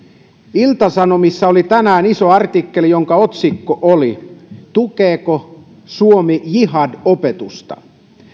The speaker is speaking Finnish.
ilta sanomissa oli tänään iso artikkeli jonka otsikko oli tukeeko suomi jihad opetusta